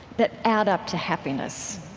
that add up to happiness,